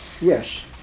Yes